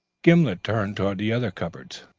gimblet turned to the other cupboards.